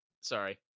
Sorry